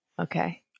Okay